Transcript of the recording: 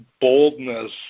boldness